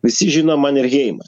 visi žino manerheimą